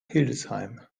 hildesheim